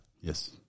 Yes